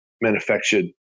manufactured